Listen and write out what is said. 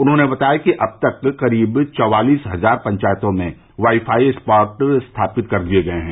उन्होंने बताया कि अब तक करीब चौवालिस हजार पंचायतों में वाई फाई स्पाट स्थापित कर दिए गए हैं